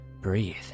breathe